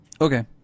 Okay